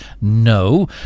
no